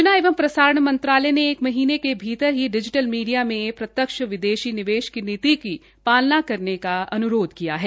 सूचना एंव प्रसारण मंत्रालय ने एक महीने के भीतर की डिजीटल् मीडिया में प्रत्यक्ष विदेशी निवेश की नीति की पालना करने का अनुरोध किया है